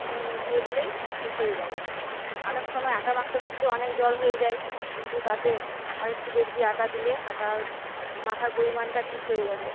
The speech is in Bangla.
নুন মিশিয়ে দিলেই ঠিক হয়ে যাবে অনেক সময় আটা মাখতে মাখতে অনেক জল হয়ে যায় কিন্তু তাতে আরেকটু বেশি আটা দিলে আটার মাখার পরিমাণটা ঠিক হয়ে যাবে